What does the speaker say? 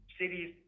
cities